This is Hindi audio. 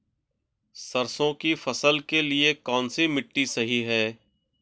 सरसों की फसल के लिए कौनसी मिट्टी सही हैं?